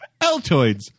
Altoids